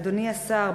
אדוני השר,